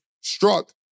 struck